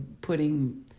putting